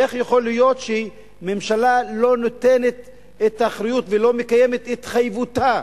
איך יכול להיות שממשלה לא נותנת את האחריות ולא מקיימת את התחייבותה,